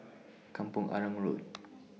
Kampong Arang Road